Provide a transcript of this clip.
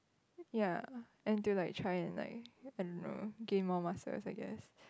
ya and to like try and like I don't know gain more muscles I guess